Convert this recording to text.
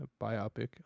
biopic